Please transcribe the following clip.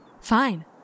Fine